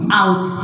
out